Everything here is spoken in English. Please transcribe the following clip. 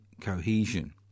cohesion